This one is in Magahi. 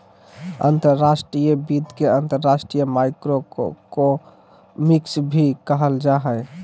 अंतर्राष्ट्रीय वित्त के अंतर्राष्ट्रीय माइक्रोइकोनॉमिक्स भी कहल जा हय